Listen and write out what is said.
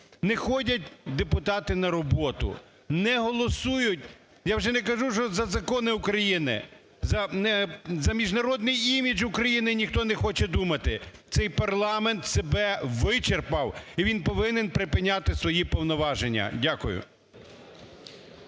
Не ходять депутати на роботу, не голосують, я вже не кажу, що за закони України, за міжнародний імідж України ніхто не хоче думати. Цей парламент себе вичерпав, і він повинен припиняти свої повноваження. Дякую.